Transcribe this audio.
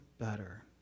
better